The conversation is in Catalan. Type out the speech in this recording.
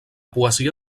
poesia